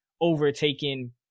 overtaken